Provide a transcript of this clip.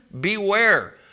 beware